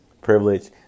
privilege